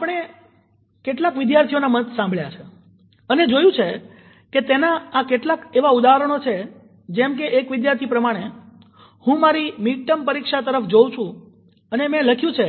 તો આપણે કેટલાક વિદ્યાર્થીઓના મત સાંભળ્યા છે અમે જોયું છે તેના આ કેટલાક એવા ઉદાહરણો છે જેમ કે એક વિધ્યાર્થી પ્રમાણે હું મારી મીડ ટર્મ પરીક્ષા તરફ જોઊ છું અને મેં લખ્યું છે